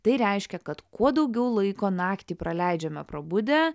tai reiškia kad kuo daugiau laiko naktį praleidžiame prabudę